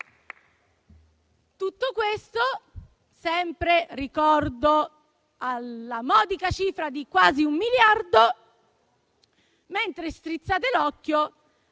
Tutto questo - lo ricordo - alla modica cifra di quasi un miliardo, mentre strizzate l'occhio